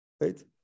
right